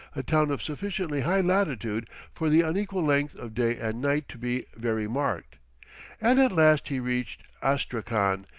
a town of sufficiently high latitude for the unequal length of day and night to be very marked and at last he reached astrakhan,